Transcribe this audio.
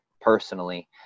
personally